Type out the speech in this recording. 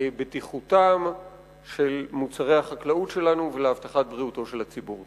בטיחותם של מוצרי החקלאות שלנו ולהבטחת בריאותו של הציבור.